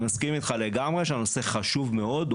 אני מסכים איתך לגמרי שהנושא הוא חשוב מאוד.